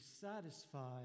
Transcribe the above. satisfied